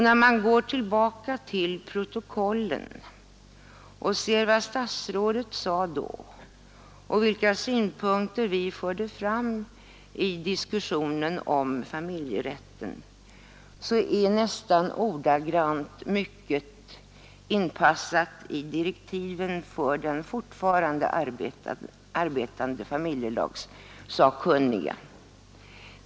När man går tillbaka till protokollen och ser vad statsrådet sade då och vilka synpunkter vi förde fram i diskussionen om familjerätten, finner man att mycket är nästan ordagrant inpassat i direktiven till de fortfarande arbetande familjerättssakkunniga.